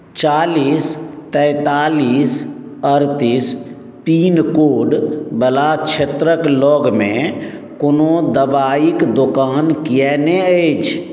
चालीस तैंतालीस अठतीस पिनकोडवला क्षेत्रक लगमे कोनो दवाइक दोकान कियेक नहि अछि